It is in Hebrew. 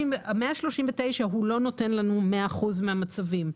139 לא נותן לנו מאה אחוזים מהמצבים.